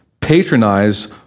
patronize